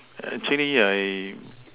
actually I